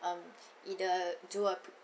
um either do a